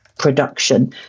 Production